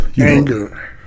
Anger